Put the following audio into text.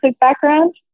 background